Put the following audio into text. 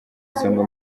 isonga